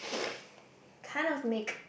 kind of make